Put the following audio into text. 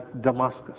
Damascus